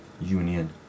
union